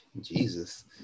jesus